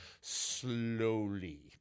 slowly